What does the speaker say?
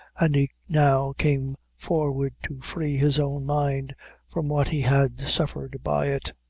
and he now came forward to free his own mind from what he had suffered by it.